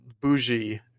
bougie